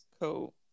Cool